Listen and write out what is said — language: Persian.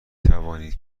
توانید